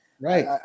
Right